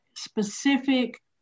specific